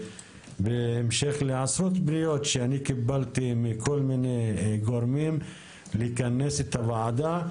ובהמשך לסוגיות שאני קיבלתי מכל מיני גורמים לכנס את הוועדה,